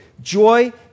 Joy